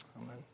Amen